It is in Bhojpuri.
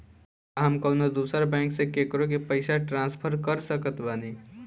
का हम कउनों दूसर बैंक से केकरों के पइसा ट्रांसफर कर सकत बानी?